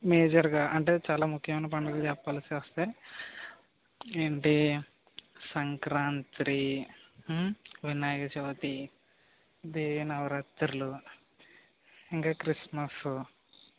మేజర్గా అంటే చాలా ముఖ్యమైన పండగలు చెప్పాల్సి వస్తే ఏంటి సంక్రాంతి వినాయక చవితి దేవీ నవరాత్రులు ఇంకా క్రిస్మసు